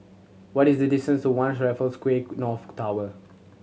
what is the distance to One Raffles Quay North Tower